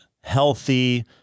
healthy